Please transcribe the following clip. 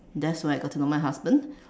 just like I told my husband